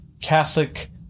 Catholic